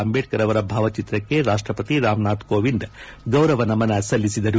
ಅಂಬೇಡ್ಕರ್ ಅವರ ಭಾವಚಿತ್ರಕ್ಷೆ ರಾಷ್ಷವತಿ ರಾಮನಾಥ್ ಕೋವಿಂದ್ ಗೌರವ ನಮನ ಸಲ್ಲಿಸಿದರು